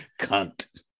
Cunt